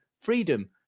freedom